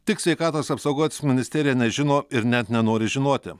tik sveikatos apsaugos ministerija nežino ir net nenori žinoti